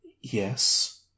Yes